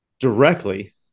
Directly